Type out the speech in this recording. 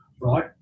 right